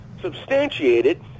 substantiated